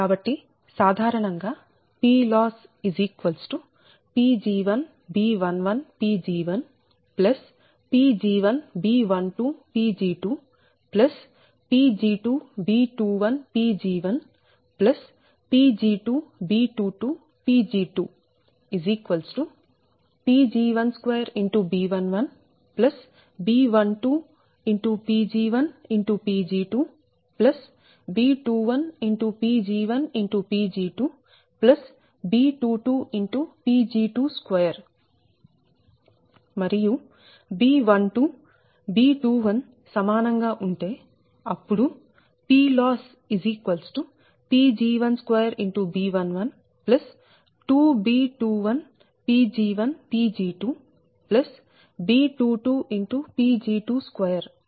కాబట్టిPLossPg1B11Pg1Pg1B12Pg2Pg2B21Pg1Pg2B22Pg2Pg12B11B12Pg1Pg2B21Pg1Pg2B22Pg22 మరియు B12 B21 సమానం గా ఉంటే అప్పుడు PLossPg12B112B21Pg1Pg2B22Pg22అవుతుంది